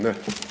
Ne.